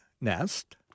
nest